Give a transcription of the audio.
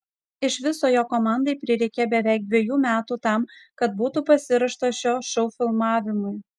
iš viso jo komandai prireikė beveik dviejų metų tam kad būtų pasiruošta šio šou filmavimui